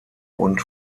und